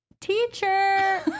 teacher